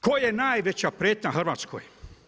Tko je najveća prijetnja Hrvatskoj?